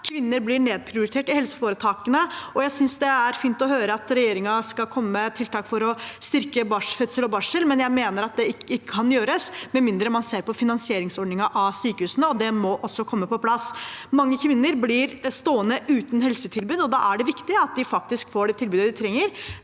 Kvinner blir nedprioritert i helseforetakene. Jeg synes det er fint å høre at regjeringen skal komme med tiltak for å styrke fødsel og barsel, men jeg mener at det ikke kan gjøres med mindre man ser på finansieringsordningen til sykehusene, og det må også komme på plass. Mange kvinner blir stående uten helsetilbud, og da er det viktig at de faktisk får det tilbudet de trenger.